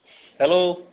hello